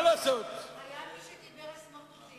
מה אמרת על מועמדים